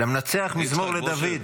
"למנצח מזמור לדוד".